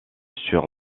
sur